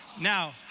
Now